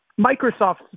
Microsoft